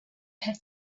had